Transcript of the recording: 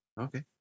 Okay